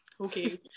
okay